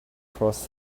crossed